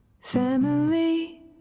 Family